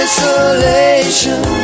Isolation